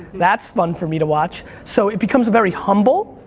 that's fun for me to watch. so it becomes a very humble,